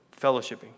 fellowshipping